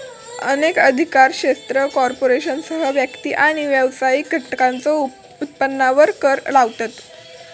अनेक अधिकार क्षेत्रा कॉर्पोरेशनसह व्यक्ती आणि व्यावसायिक घटकांच्यो उत्पन्नावर कर लावतत